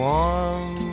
Warm